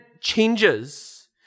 changes